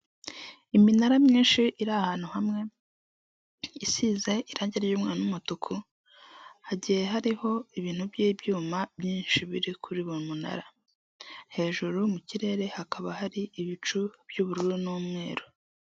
Iminara myinshi iri ahantu hamwe isize irangi ry'umwana n'umutuku, hagiye hariho ibintu by'ibyuma byinshi biri kuri uwo munara, hejuru mu kirere hakaba hari ibicu by'ubururu n'umweru.